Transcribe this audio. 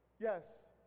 Yes